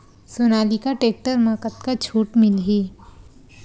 Sonalika tractor म कतका छूट मिलही?